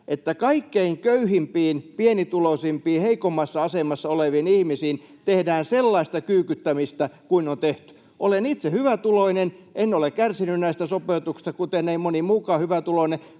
että kaikkein köyhimpiin, pienituloisimpiin, heikoimmassa asemassa oleviin ihmisiin tehdään sellaista kyykyttämistä kuin on tehty. Olen itse hyvätuloinen, enkä ole kärsinyt näistä sopeutuksista, kuten ei moni muukaan hyvätuloinen,